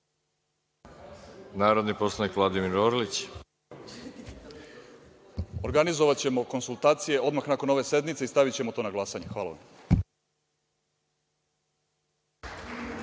Izvolite. **Vladimir Orlić** Organizovaćemo konsultacije odmah nakon ove sednice i stavićemo to na glasanje. Hvala vam.